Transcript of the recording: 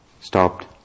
stopped